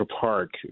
Park